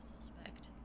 suspect